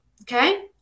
okay